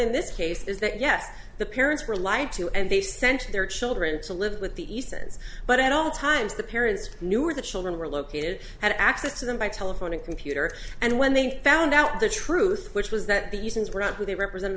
in this case is that yes the parents were lied to and they sent their children to live with the easton's but at all times the parents knew where the children were located had access to them by telephone and computer and when they found out the truth which was that the users were not who they represent